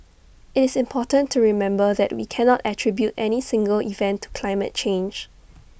IT is important to remember that we cannot attribute any single event to climate change